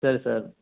சரி சார்